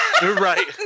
Right